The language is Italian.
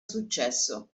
successo